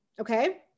Okay